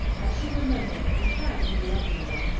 i shall remember it, and try to be a lovely one,